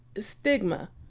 stigma